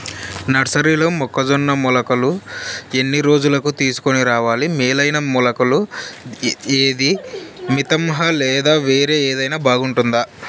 నర్సరీలో మొక్కజొన్న మొలకలు ఎన్ని రోజులకు తీసుకొని రావాలి మేలైన మొలకలు ఏదీ? మితంహ లేదా వేరే ఏదైనా బాగుంటుందా?